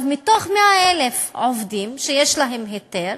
מתוך 100,000 עובדים שיש להם היתר,